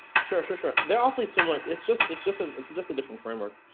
sure, sure, sure, they're awfully similar, it's just, it's just, ah it's just a different framework.